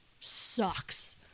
sucks